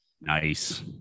nice